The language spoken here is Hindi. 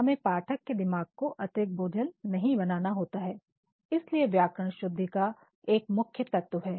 हमें पाठक के दिमाग को अतिरिक्त बोझिल नहीं बनाना होता है इसीलिए व्याकरण शुद्धि का एक मुख्य तत्व है